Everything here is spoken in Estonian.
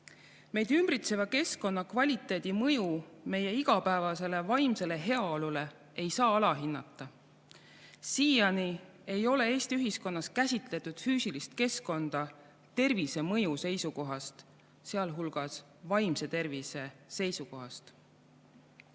Meid ümbritseva keskkonna kvaliteedi mõju meie igapäevasele vaimsele heaolule ei saa alahinnata. Siiani ei ole Eesti ühiskonnas käsitletud füüsilist keskkonda tervisemõju seisukohast, sealhulgas vaimse tervise seisukohast.